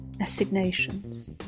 assignations